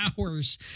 hours